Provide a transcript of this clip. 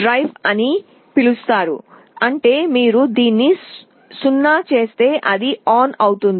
drive అని పిలుస్తారు అంటే మీరు దీన్ని 0 చేస్తే అది ఆన్ అవుతుంది